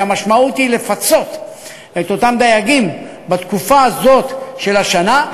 כי המשמעות היא לפצות את אותם דייגים בתקופה הזאת של השנה.